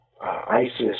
ISIS